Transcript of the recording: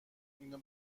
اینو